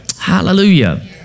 Hallelujah